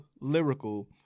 lyrical